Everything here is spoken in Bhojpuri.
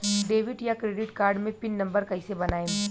डेबिट या क्रेडिट कार्ड मे पिन नंबर कैसे बनाएम?